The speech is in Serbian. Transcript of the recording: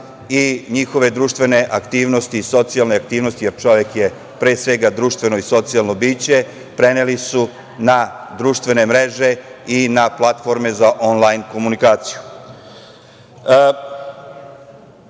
i njihove društvene aktivnosti, socijalne aktivnosti, jer čovek je pre svega društveno i socijalno biće, preneli su na društvene mreže i na platforme za „onlajn“ komunikaciju. Sve